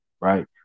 Right